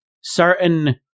certain